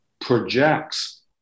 projects